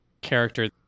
character